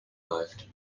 läuft